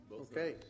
Okay